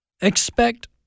expect